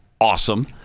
awesome